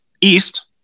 East